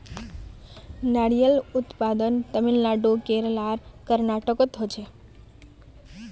नारियलेर उत्पादन तामिलनाडू केरल आर कर्नाटकोत होछे